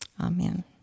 Amen